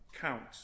counts